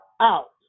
out